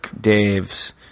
dave's